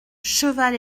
cheval